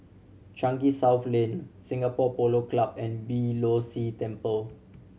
Changi South Lane Singapore Polo Club and Beeh Low See Temple